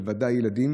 בוודאי ילדים,